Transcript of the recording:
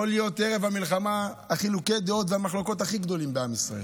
יכולים להיות ערב המלחמה חילוקי הדעות והמחלוקות הכי גדולים בעם ישראל,